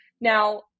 Now